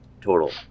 total